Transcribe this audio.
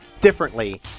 differently